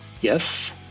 Yes